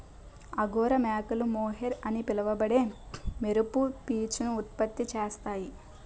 angora మేకలు mohair అని పిలువబడే మెరుపు పీచును ఉత్పత్తి చేస్తాయి